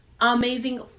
amazing